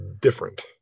different